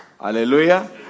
hallelujah